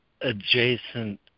adjacent